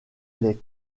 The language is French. les